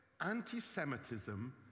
anti-Semitism